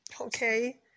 okay